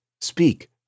Speak